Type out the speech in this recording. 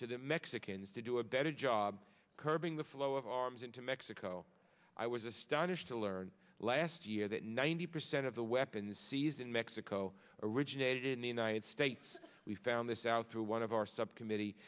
to the mexicans to do a better job curbing the flow of arms into mexico i was astonished to learn last year that ninety percent of the weapons seized in mexico originated in the united states we found this out through one of our subcommittee